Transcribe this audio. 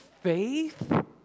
faith